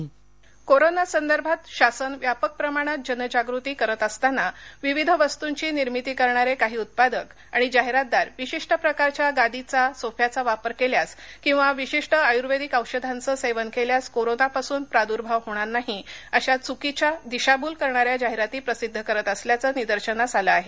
फसव्या जाहिराती कोरोनासंदर्भात शासन व्यापक प्रमाणात जनजागृती करत असतांना विविध वस्तुंची निर्मिती करणारे काही उत्पादक आणि जाहिरातदार विशिष्ट प्रकारच्या गादीचासोफ्याचा वापर केल्यास किंवा विशिष्ट आयूर्वेदिक औषधांचं सेवन केल्यास कोरोनापासून प्रादूर्भाव होणार नाही अशा चुकीच्या दिशाभूल करणाऱ्या जाहिराती प्रसिद्ध करीत असल्याचं निदर्शनास आलं आहे